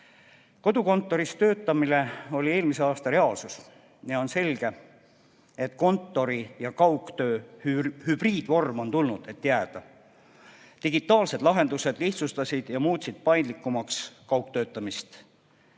kriisist. Kodukontoris töötamine oli eelmise aasta reaalsus ja on selge, et kontori- ja kaugtöö hübriidvorm on tulnud, et jääda. Digitaalsed lahendused lihtsustasid ja muutsid paindlikumaks kaugtöötamist.